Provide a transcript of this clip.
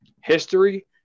History